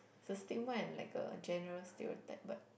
is a stigma and like a general stereotype but